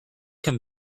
can